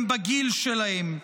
הם בגיל שלהם.